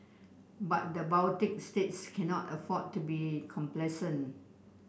but the Baltic states cannot afford to be complacent